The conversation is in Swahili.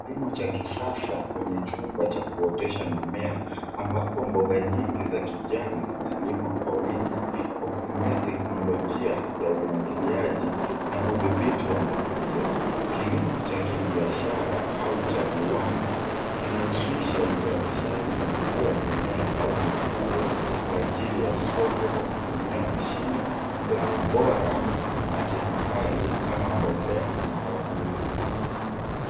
Kilimo cha kisasa kwenye chumba cha kuotesha mimea ambapo mboga nyingi za kijani zinalimwa kwa wingi kwa kutumia teknolojia ya umwagiliaji na udhibiti wa mazingira ,kilimo cha kibiashara au cha viwanda kinahusisha uzalishaji mkubwa wa mimea au mifugo kwa ajili ya soko kwa kutumia mashini, mbegu bora na kemikali kama mbolea na wadudu.